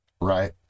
right